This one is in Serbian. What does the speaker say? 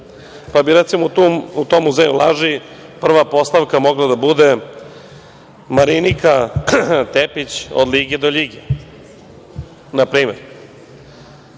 Pa, bi recimo u tom muzeju laži, prva postavka mogla da bude Marinika Tepić, od ljige do ljige, na primer. Ja